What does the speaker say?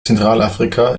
zentralafrika